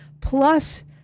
plus